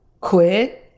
quit